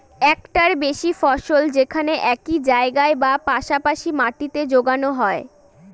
একটার বেশি ফসল যেখানে একই জায়গায় বা পাশা পাশি মাটিতে যোগানো হয়